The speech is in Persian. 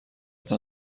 تان